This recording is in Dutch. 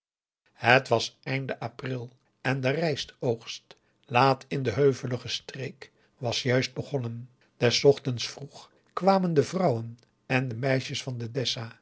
het was einde april en de rijst oogst laat in de heuvelige streek was juist begonnen des ochtends vroeg kwamen de vrouwen en de meisjes van de dessa